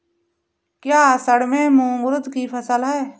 क्या असड़ में मूंग उर्द कि फसल है?